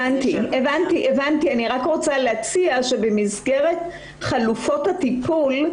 אני רק רוצה להציע שבמסגרת חלופות הטיפול,